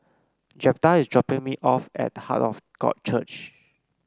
Jeptha is dropping me off at Heart of God Church